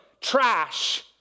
trash